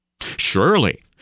Surely